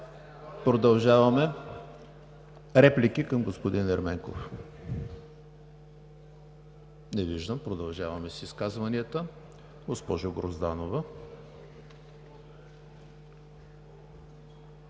Продължаваме – реплики към господин Ерменков? Не виждам. Продължаваме с изказванията. Госпожо Грозданова,